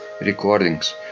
recordings